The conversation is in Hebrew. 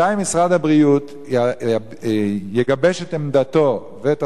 מתי משרד הבריאות יגבש את עמדתו ואת